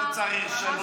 לא צריך שלוש קריאות.